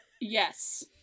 Yes